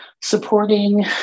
supporting